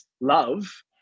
love